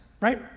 right